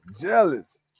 Jealous